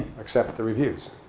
accept the reviews.